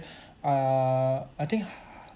err I think